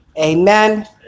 Amen